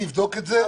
אני אבדוק את זה.